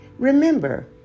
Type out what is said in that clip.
Remember